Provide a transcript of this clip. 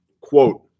Quote